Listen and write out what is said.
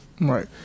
Right